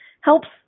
helps